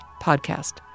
podcast